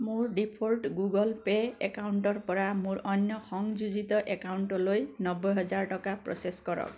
মোৰ default Google Pay একাউণ্টৰপৰা মোৰ অন্য সংযোজিত একাউণ্টলৈ নব্বৈ হেজাৰ টকা প্ৰ'চেছ কৰক